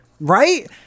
Right